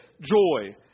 Joy